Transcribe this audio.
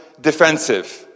defensive